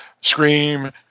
Scream